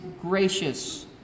gracious